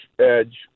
edge